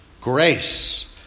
Grace